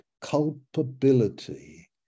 Culpability